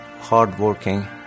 hardworking